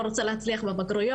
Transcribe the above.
אני לא רוצה להצליח בבגרויות